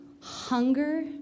hunger